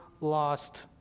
lost